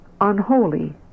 unholy